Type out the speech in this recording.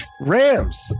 Rams